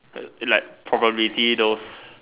like probability those